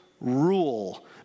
rule